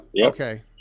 Okay